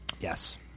Yes